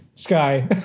sky